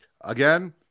again